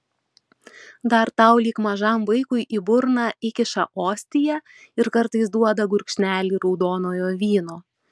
dar tau lyg mažam vaikui į burną įkiša ostiją ir kartais duoda gurkšnelį raudonojo vyno